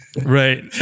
Right